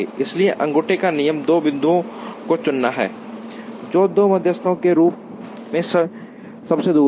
इसलिए अंगूठे का नियम दो बिंदुओं को चुनना है जो दो मध्यस्थों के रूप में सबसे दूर हैं